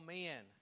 men